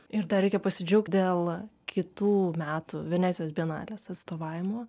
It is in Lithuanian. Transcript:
ir dar reikia pasidžiaugt dėl kitų metų venecijos bienalės atstovavimo